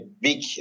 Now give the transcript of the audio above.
big